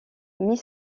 mit